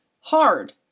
hard